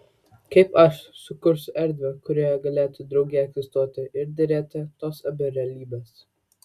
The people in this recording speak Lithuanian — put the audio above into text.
kaip aš sukursiu erdvę kurioje galėtų drauge egzistuoti ir derėti tos abi realybės